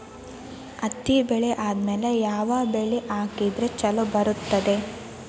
ಹತ್ತಿ ಬೆಳೆ ಆದ್ಮೇಲ ಯಾವ ಬೆಳಿ ಹಾಕಿದ್ರ ಛಲೋ ಬರುತ್ತದೆ?